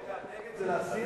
רגע, נגד זה להסיר?